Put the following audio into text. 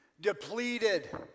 depleted